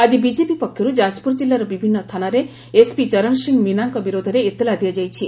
ଆଜି ବିଜେପି ପକ୍ଷରୁ ଯାଜପୁର କିଲ୍ଲାର ବିଭିନ୍ନ ଥାନାରେ ଏସ୍ପି ଚରଣ ସିଂ ମୀନାଙ୍କ ବିରୋଧରେ ଏତଲା ଦିଆଯାଇଛି